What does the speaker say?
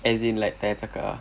as in like tak yah cakap ah